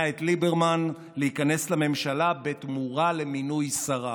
את ליברמן להיכנס לממשלה בתמורה למינוי שרה,